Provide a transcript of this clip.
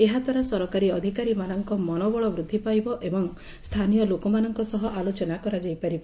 ଏହାଦ୍ୱାରା ସରକାରୀ ଅଧିକାରୀ ମାନଙ୍କ ମନୋବଳ ବୃଦ୍ଧି ପାଇବ ଏବଂ ସ୍ତାନୀୟ ଲୋକ ମାନଙ୍କ ସହ ଆଲୋଚନା କରାଯାଇପାରିବ